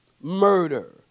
murder